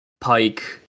Pike